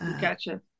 Gotcha